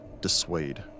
dissuade